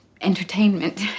entertainment